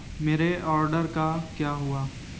میرے آڈر کا کیا ہوا